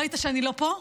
ראית שאני לא פה?